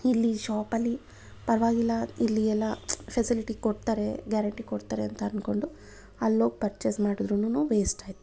ಇಲ್ಲಿ ಶಾಪಲ್ಲಿ ಪರವಾಗಿಲ್ಲ ಇಲ್ಲಿ ಎಲ್ಲ ಫೆಸಿಲಿಟಿ ಕೊಡ್ತಾರೆ ಗ್ಯಾರಂಟಿ ಕೊಡ್ತಾರೆ ಅಂತ ಅನ್ಕೊಂಡು ಅಲ್ಲೋಗಿ ಪರ್ಚೆಸ್ ಮಾಡುದ್ರುನು ವೇಸ್ಟ್ ಆಯಿತು